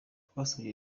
twasabye